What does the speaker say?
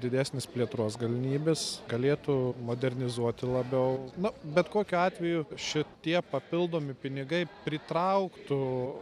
didesnės plėtros galimybes galėtų modernizuoti labiau na bet kokiu atveju šitie papildomi pinigai pritrauktų